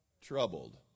troubled